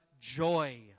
joy